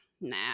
Nah